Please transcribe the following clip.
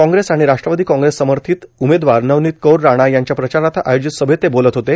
काँग्रेस आणि राष्ट्रवादी काँग्रेस समर्थित उमेदवार नवनीत कौर राणा यांच्या प्रचारार्थ आयोजित सभेत ते बोलत होते